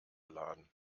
laden